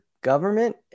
government